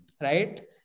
right